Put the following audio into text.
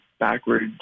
backward